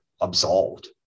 absolved